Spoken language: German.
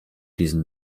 diesen